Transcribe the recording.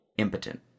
impotent